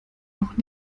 noch